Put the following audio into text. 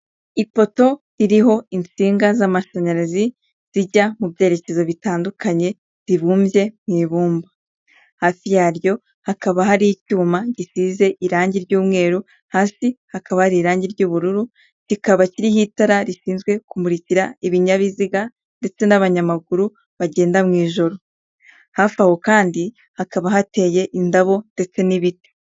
Ipoto iriho insinga z'amashanyarazi zijya mu byerekezo bitandukanye ribumbye mu ibumba, hafi yaryo hakaba hari icyuma gisize irangi ry'umweru, hasi hakaba ari irangi ry'ubururu, kikaba kiriho itara rishinzwe kumurikira ibinyabiziga ndetse n'abanyamaguru bagenda mu ijuro, hafi aho kandi hakaba hateye indabo ndetse n'ibiti.